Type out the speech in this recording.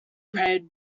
red